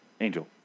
angel